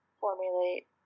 formulate